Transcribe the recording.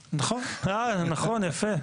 נכון, יפה.